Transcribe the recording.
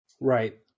right